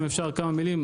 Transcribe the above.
אם אפשר להגיד כמה מילים.